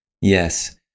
Yes